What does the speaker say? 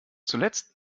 zuletzt